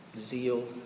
zeal